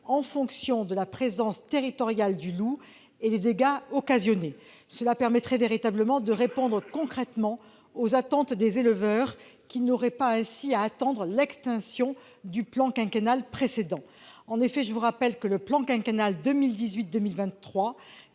en fonction de la présence territoriale du loup et des dégâts occasionnés. Cela permettrait de répondre concrètement aux attentes des éleveurs, qui n'auraient ainsi pas à attendre l'extension du plan quinquennal précédent. En effet, le plan quinquennal 2018-2023,